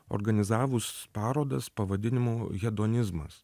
organizavus parodas pavadinimu hedonizmas